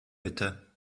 bitte